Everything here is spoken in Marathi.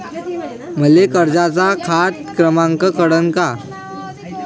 मले कर्जाचा खात क्रमांक कळन का?